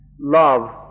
love